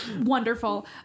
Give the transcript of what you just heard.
wonderful